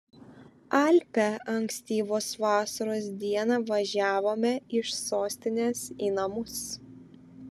alpią ankstyvos vasaros dieną važiavome iš sostinės į namus